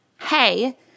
Hey